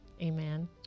Amen